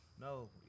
no